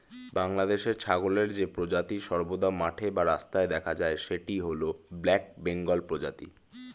বাংলাদেশে ছাগলের যে প্রজাতি সর্বদা মাঠে বা রাস্তায় দেখা যায় সেটি হল ব্ল্যাক বেঙ্গল প্রজাতি